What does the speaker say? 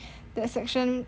that section